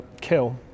kill